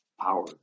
power